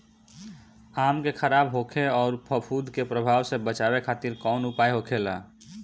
आम के खराब होखे अउर फफूद के प्रभाव से बचावे खातिर कउन उपाय होखेला?